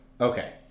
okay